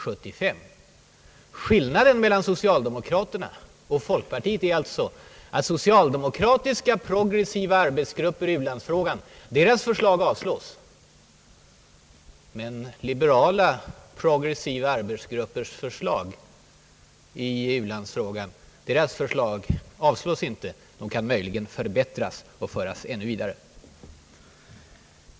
Skillnaden mellan socialdemokraterna och folkpartiet är alltså att socialdemokratiska progressiva arbetsgruppers förslag i u-landsfrågan avslås medan liberala progressiva arbetsgruppers förslag i u-landsfrågan inte avslås. De kan möjligen förbättras och föras vidare.